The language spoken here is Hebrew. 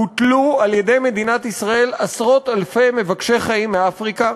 הוטלו על-ידי מדינת ישראל עשרות-אלפי מבקשי חיים מאפריקה,